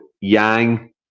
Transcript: Yang